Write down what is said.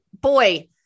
boy